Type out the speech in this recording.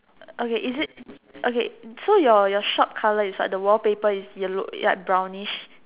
okay is it okay so your your shop colour is what the wallpaper is yellow ya brownish